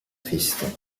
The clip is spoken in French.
triste